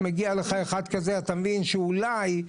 מגיע לך, אתה מבין שאולי הוא